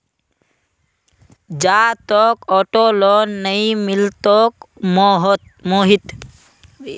जा, तोक auto loan नइ मिलतोक मोहित